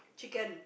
chicken